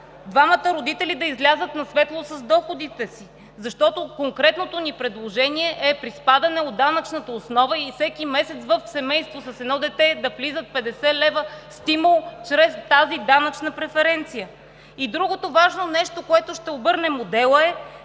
двамата родители да излязат на светло с доходите си, защото конкретното ни предложение е приспадане от данъчната основа и всеки месец в семейство с едно дете да влизат 50 лв. стимул чрез тази данъчна преференция. Другото важно нещо, което ще обърне модела, е,